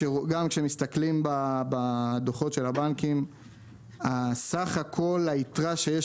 גם כשמסתכלים בדוחות של הבנקים סך הכול היתרה שיש